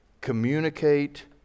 Communicate